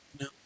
No